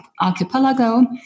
Archipelago